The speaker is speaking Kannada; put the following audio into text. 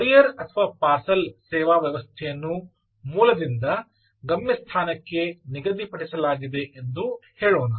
ಕೊರಿಯರ್ ಅಥವಾ ಪಾರ್ಸೆಲ್ ಸೇವಾ ವ್ಯವಸ್ಥೆಯನ್ನು ಮೂಲದಿಂದ ಗಮ್ಯಸ್ಥಾನಕ್ಕೆ ನಿಗದಿಪಡಿಸಲಾಗಿದೆ ಎಂದು ಹೇಳೋಣ